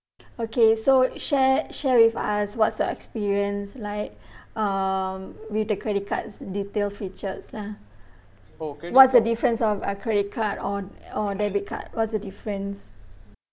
okay so share share with us what's your experience like um with the credit card's detailed features lah what's the difference of a credit card or or debit card what's the difference